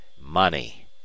Money